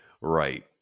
Right